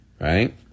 right